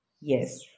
Yes